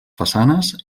façanes